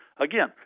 Again